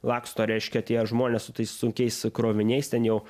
laksto reiškia tie žmonės su tais sunkiais kroviniais ten jau